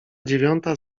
dziewiąta